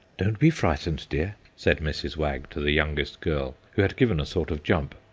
don't be frightened, dear, said mrs. wag to the youngest girl, who had given a sort of jump.